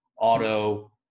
auto